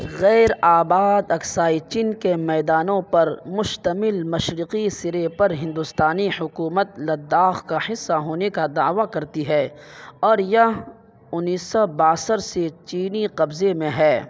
غیرآباد اکسائی چین کے میدانوں پر مشتمل مشرقی سرے پر ہندوستانی حکومت لداخ کا حصہ ہونے کا دعویٰ کرتی ہے اور یہ انیس سو باسٹھ سے چینی قبضے میں ہے